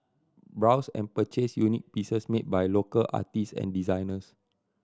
browse and purchase unique pieces made by local artist and designers